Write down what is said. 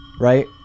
Right